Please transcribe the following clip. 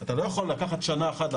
אתה לא יכול לקחת שנה אחת,